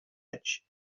edge